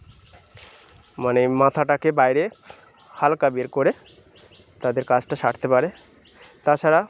মানে মাথাটাকে বাইরে হালকা বের করে তাদের কাজটা সারতে পারে তাছাড়া